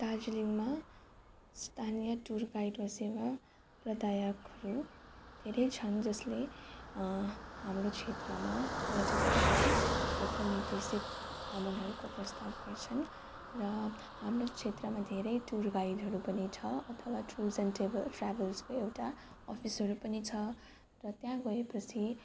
दार्जिलिङमा स्थानीय tour guide र सेवा प्रदायकहरू धेरै छन् जसले हाम्रो क्षेत्रमा पर्यटकहरूलाई क्षेत्र निर्देशित भ्रमणहरूको प्रस्ताव गर्छन् र हाम्रो क्षेत्रमा धेरै टुर गाइडहरू पनि छ अथवा टुर्स एन्ड ट्राभल ट्राभल्सको एउटा अफिसहरू पनि छ र त्यहाँ गए पछि